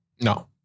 No